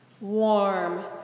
warm